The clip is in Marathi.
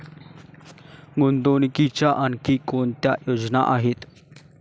गुंतवणुकीच्या आणखी कोणत्या योजना आहेत?